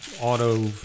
auto